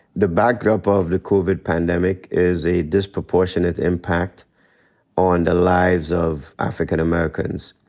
the backdrop of the covid pandemic is a disproportionate impact on the lives of african americans.